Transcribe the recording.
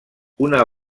una